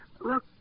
Look